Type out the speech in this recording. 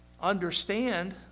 Understand